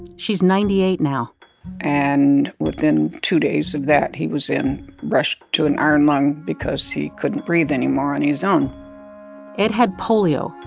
she's ninety-eight now and within two days of that he was rushed to an iron lung because he couldn't breathe anymore on his own ed had polio.